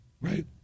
right